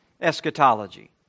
eschatology